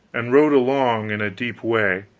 and rode along in a deep way,